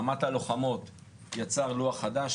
אמ"ט לוחמות יצר לוח חדש,